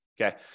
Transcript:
Okay